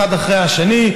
אחת אחרי השנייה.